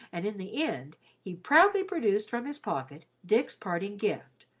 and in the end he proudly produced from his pocket dick's parting gift,